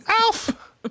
ALF